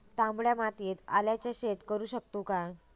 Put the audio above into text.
तामड्या मातयेत आल्याचा शेत करु शकतू काय?